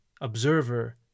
observer